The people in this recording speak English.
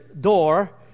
door